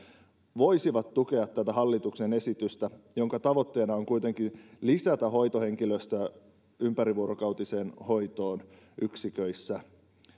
voisi tukea tätä hallituksen esitystä jonka tavoitteena on kuitenkin lisätä hoitohenkilöstöä ympärivuorokautiseen hoitoon yksiköissä